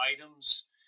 items